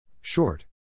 Short